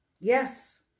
Yes